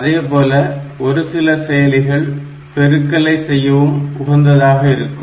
அதேபோல ஒரு சில செயலிகள் பெருக்கலை செய்யவும் உகந்ததாக இருக்கும்